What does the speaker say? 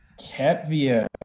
Katvia